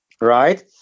Right